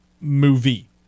movie